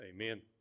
Amen